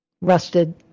rusted